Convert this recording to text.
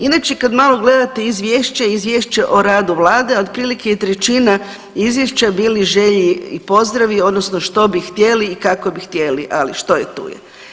Inače, kad malo gledate Izvješće, Izvješće o radu Vlade, otprilike je trećima Izvješća bili želje i pozdravi odnosno što bi htjeli i kako bi htjeli, ali što je tu je.